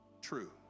True